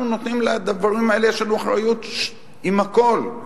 אנחנו נותנים, בדברים האלה יש לנו אחריות עם הכול.